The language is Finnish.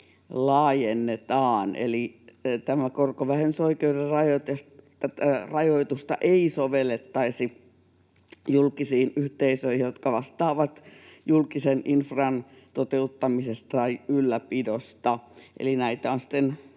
soveltamisalaa. Tämän korkovähennysoikeuden rajoitusta ei sovellettaisi julkisiin yhteisöihin, jotka vastaavat julkisen infran toteuttamisesta tai ylläpidosta.